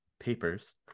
papers